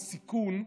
-סיכון,